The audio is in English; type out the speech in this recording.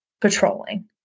patrolling